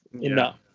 enough